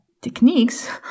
techniques